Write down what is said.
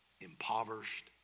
impoverished